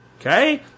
Okay